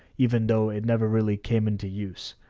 even though it never really came into use.